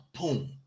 Boom